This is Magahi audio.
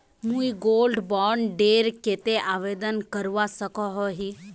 मुई गोल्ड बॉन्ड डेर केते आवेदन करवा सकोहो ही?